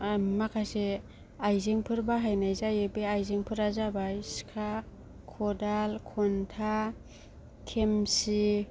माखासे आइजेंफोर बाहायनाय जायो बे आइजेंफोरा जाबाय सिखा खदाल खन्था खेमसि